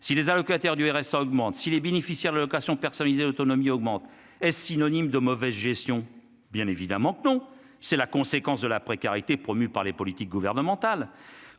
si les allocataires du RSA augmente si les bénéficiaires de l'allocation personnalisée autonomie augmente est synonyme de mauvaise gestion, bien évidemment que non, c'est la conséquence de la précarité, promue par les politiques gouvernementales